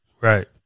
Right